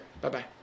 Bye-bye